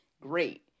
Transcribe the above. Great